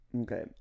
Okay